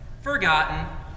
forgotten